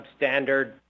substandard